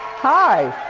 hi,